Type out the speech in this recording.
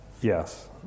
Yes